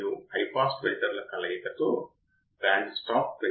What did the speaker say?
input offset voltage చాలా ముఖ్యమైన విషయం గురించి మాట్లాడుకుందాం